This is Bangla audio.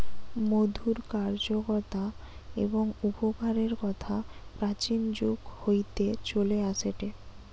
মধুর কার্যকতা এবং উপকারের কথা প্রাচীন যুগ হইতে চলে আসেটে